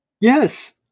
Yes